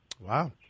Wow